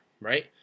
right